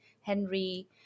Henry